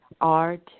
Art